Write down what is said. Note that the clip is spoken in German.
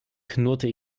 knurrte